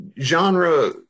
Genre